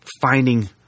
finding